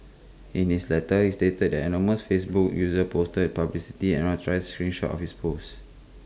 in his letter he stated that anonymous Facebook user posted publicity unauthorised screen shot of his post